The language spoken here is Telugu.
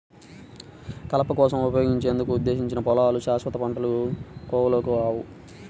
కలప కోసం ఉపయోగించేందుకు ఉద్దేశించిన పొలాలు శాశ్వత పంటల కోవలోకి రావు